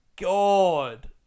God